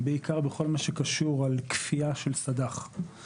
בעיקר בכל מה שקשור בכפייה של סד"ח.